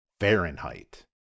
Fahrenheit